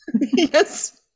Yes